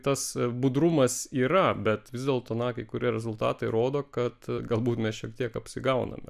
tas budrumas yra bet vis dėlto na kai kurie rezultatai rodo kad galbūt mes šiek tiek apsigauname